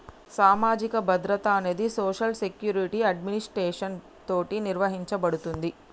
సామాజిక భద్రత అనేది సోషల్ సెక్యురిటి అడ్మినిస్ట్రేషన్ తోటి నిర్వహించబడుతుంది